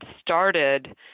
started